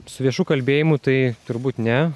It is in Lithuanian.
su viešu kalbėjimu tai turbūt ne